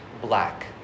black